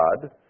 God